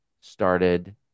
started